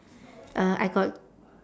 uh I got